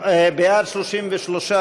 שלי יחימוביץ,